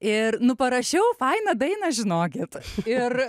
ir nu parašiau fainą dainą žinokit ir